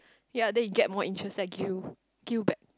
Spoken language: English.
ya then you get more interest then I give you give you back